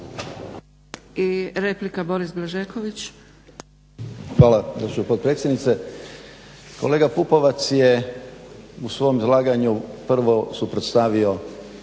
Boris (HNS)** Hvala gospođo potpredsjednice. Kolega Pupovac je u svom izlaganju prvo suprotstavio